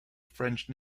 french